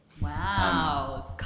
Wow